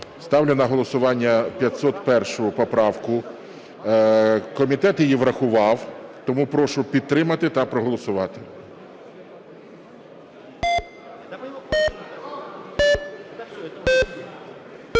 Ставлю на голосування 501 поправку, комітет її врахував. Тому прошу підтримати та проголосувати.